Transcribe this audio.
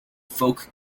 folk